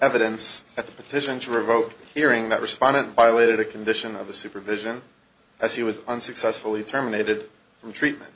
evidence that the petition to revoke hearing that respondent violated a condition of the supervision as he was unsuccessfully terminated from treatment